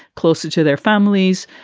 closer to their families.